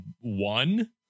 one